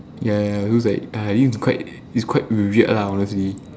ya ya so like I think is quite it's quite weird lah honestly